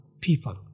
people